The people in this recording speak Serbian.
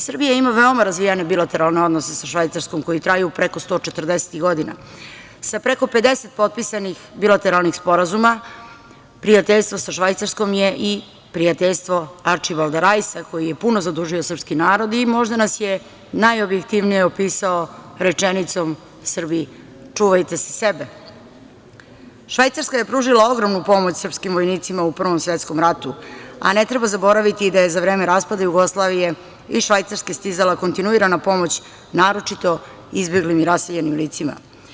Srbija ima veoma razvijene bilateralne odnose sa Švajcarskom, koji traju preko 140 godina, sa preko 50 potpisanih bilateralnih sporazuma, prijateljstvo sa Švajcarskom je i prijateljstvo i Arčibalda Rajsa koji je puno zadužio srpski narod i možda nas je najobjektivnije napisao rečenicom: „Srbi, čuvajte se sebe.“ Švajcarska je pružila ogromnu pomoć srpskim vojnicima u Prvom svetskom ratu, a ne treba zaboraviti i da je za vreme raspada Jugoslavije iz Švajcarske stizala kontinuirana pomoć naročito izbeglim i raseljenim licima.